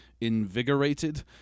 invigorated